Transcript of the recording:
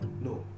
No